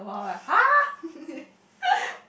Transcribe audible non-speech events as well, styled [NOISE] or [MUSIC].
[LAUGHS]